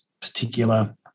particular